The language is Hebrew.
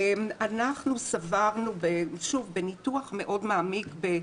אנחנו סברנו, בניתוח מעמיק מאוד,